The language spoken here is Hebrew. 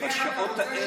בבקשה.